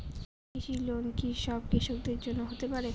কৃষি লোন কি সব কৃষকদের জন্য হতে পারে?